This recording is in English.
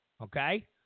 Okay